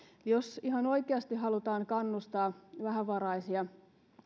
jos ihan oikeasti halutaan kannustaa vähävaraisia